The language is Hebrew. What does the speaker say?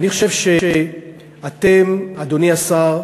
אני חושב שאתם, אדוני השר,